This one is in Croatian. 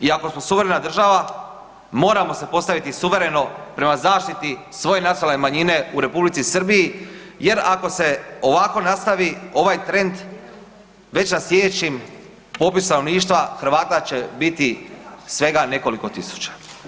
I ako smo suverena država, moramo se postaviti suvereno prema zaštiti svoje nacionalne manjine u Republici Srbiji jer ako se ovakvo nastavi ovaj trend, već na slijedećem popisu stanovništva Hrvata će biti svega nekoliko tisuća.